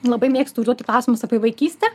labai mėgstu užduoti klausimus apie vaikystę